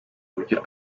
buryo